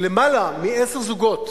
יותר מעשרה זוגות